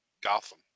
Gotham